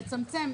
לצמצם,